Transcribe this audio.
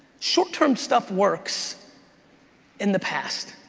short-term stuff works in the past.